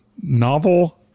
novel